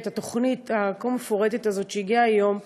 את התוכנית הכה-מפורטת הזאת שהוצגה היום.